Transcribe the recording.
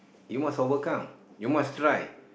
you must overcome you must try